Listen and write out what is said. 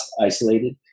isolated